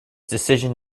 decision